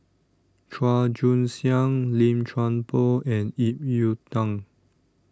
Chua Joon Siang Lim Chuan Poh and Ip Yiu Tung